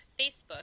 Facebook